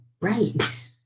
right